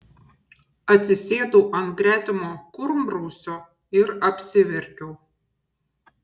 atsisėdau ant gretimo kurmrausio ir apsiverkiau